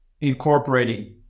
incorporating